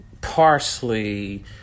parsley